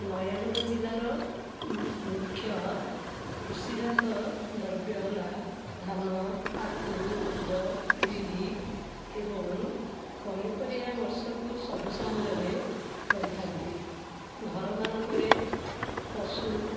ନୟାଗଡ଼ ଜିଲ୍ଲାର ମୁଖ୍ୟ କୃଷିଯାତ ଦ୍ରବ୍ୟ ହେଲା ଧାନ ଆଖୁ ମୁଗ ବିରି ଏବଂ ପନିପରିବା ବର୍ଷକୁ ସବୁ ସମୟରେ କରିଥାନ୍ତି ଘରମାନଙ୍କରେ ପଶୁ